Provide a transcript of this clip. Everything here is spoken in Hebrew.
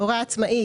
"הורה עצמאי",